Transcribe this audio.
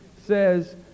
says